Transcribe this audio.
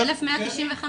1,195